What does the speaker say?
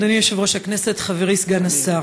אדוני יושב-ראש הכנסת, חברי סגן השר,